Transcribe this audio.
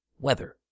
weather